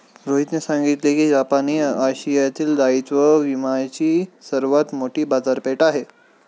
रोहितने सांगितले की जपान ही आशियातील दायित्व विम्याची सर्वात मोठी बाजारपेठ आहे